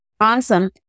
Awesome